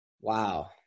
Wow